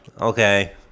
okay